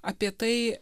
apie tai